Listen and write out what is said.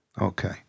Okay